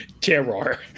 Terror